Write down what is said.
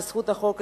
בזכות החוק הזה,